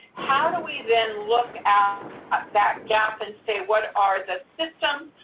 how do we then look at that gap and say what are the systems,